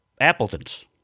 Appleton's